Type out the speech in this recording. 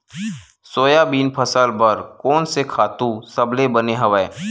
Soybean फसल बर कोन से खातु सबले बने हवय?